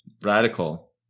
Radical